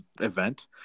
event